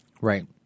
Right